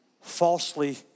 falsely